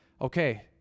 Okay